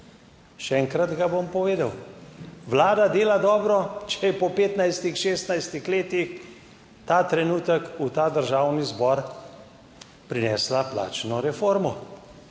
Še enkrat ga bom povedal. Vlada dela dobro, če je po 15, 16 letih ta trenutek v ta Državni zbor prinesla plačno reformo.